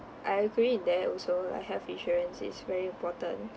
I agree there also like health insurance is very important